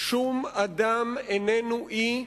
שום אדם איננו אי,